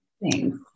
Thanks